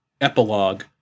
epilogue